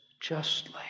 justly